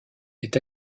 est